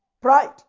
Pride